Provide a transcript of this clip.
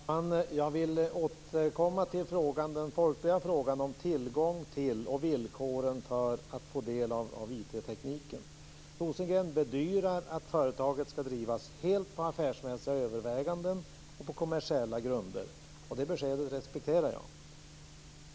Fru talman! Jag vill återkomma till den folkliga frågan om tillgången till och villkoren för att få del av informationstekniken. Rosengren bedyrar att företaget skall drivas helt med affärsmässiga överväganden och på kommersiella grunder. Det beskedet respekterar jag.